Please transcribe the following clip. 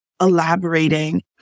elaborating